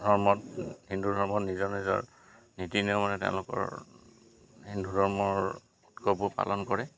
ধৰ্মত হিন্দু ধৰ্মৰ নিজৰ নিজৰ নীতি নিয়মৰে তেওঁলোকৰ হিন্দু ধৰ্মৰ উৎসৱবোৰ পালন কৰে